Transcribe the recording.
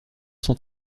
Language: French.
sont